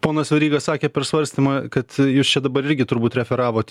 ponas veryga sakė per svarstymą kad jūs čia dabar irgi turbūt referavot